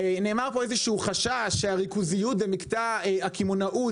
נאמר פה איזשהו חשש שהריכוזיות במקטע הקמעונאות